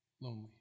lonely